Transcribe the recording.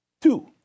Two